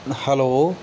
hello